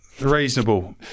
reasonable